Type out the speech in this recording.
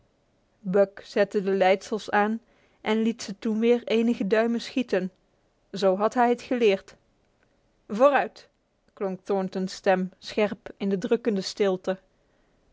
buck zette de leidsels aan en liet ze toen weer enige duimen schieten zo had hij het geleerd vooruit klonk thornton's stem scherp in de drukkende stilte